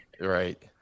Right